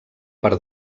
per